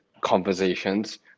conversations